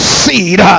seed